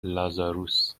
لازاروس